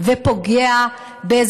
אלה ששיגרת יומם היא שמירה על ביטחון ישראל